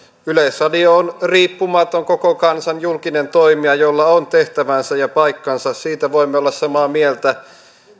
yleisradio on riippumaton koko kansan julkinen toimija jolla on tehtävänsä ja paikkansa siitä voimme olla samaa mieltä